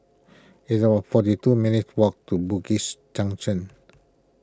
it's about forty two minutes' walk to Bugis Junction